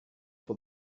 for